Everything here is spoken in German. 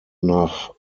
nach